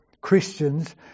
Christians